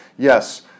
yes